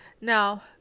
Now